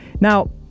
now